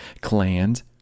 clans